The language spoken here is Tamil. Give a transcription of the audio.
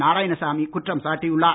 நாராயணசாமி குற்றம் சாட்டியுள்ளார்